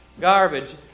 garbage